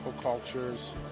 cultures